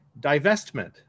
divestment